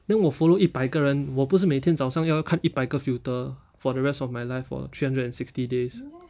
then 我 follow 一百个人我不是每天早上要看一百个 filter for the rest of my life for three hundred and sixty days